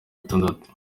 gatandatu